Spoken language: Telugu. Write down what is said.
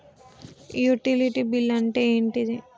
యుటిలిటీ బిల్ అంటే ఏంటిది?